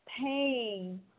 Pain